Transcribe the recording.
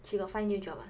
she got find new job ah